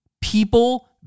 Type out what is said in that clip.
people